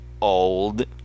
old